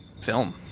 film